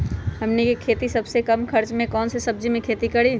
हमनी के सबसे कम खर्च में कौन से सब्जी के खेती करी?